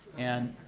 and